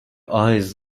eyes